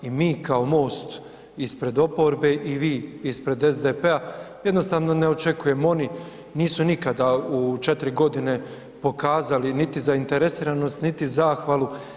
I mi kao MOST ispred oporbe i vi ispred SDP-a, jednostavno ne očekujem, oni nisu nikada u 4 godine pokazali niti zainteresiranost niti zahvalu.